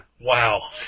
Wow